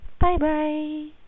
Bye-bye